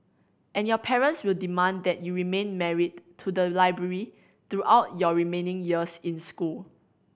and your parents will demand that you remain married to the library throughout your remaining years in school